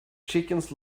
chickens